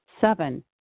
Seven